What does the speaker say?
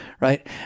right